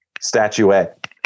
statuette